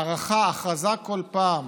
הארכה, הכרזה בכל פעם.